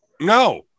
No